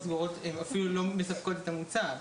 הסגורות אפילו לא מספקות את המוצר,